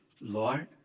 Lord